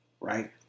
right